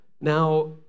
Now